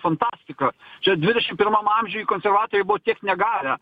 fantastika čia dvidešim pirmam amžiuj konservatoriai buvo kiek negavę